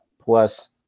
plus